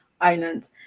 island